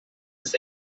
bis